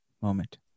moment